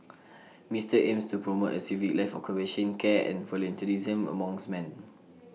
Mister aims to promote A civic life of compassion care and volunteerism amongst man